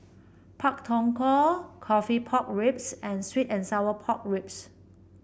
Pak Thong Ko coffee Pork Ribs and sweet and Sour Pork Ribs